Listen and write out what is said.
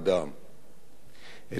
את גדעון שהיה חבר של אמת,